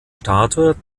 statue